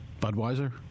Budweiser